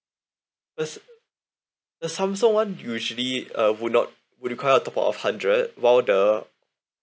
first the samsung [one] usually uh would not would require a top up of hundred while the